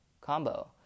combo